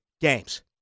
games